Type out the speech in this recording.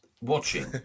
Watching